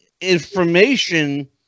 information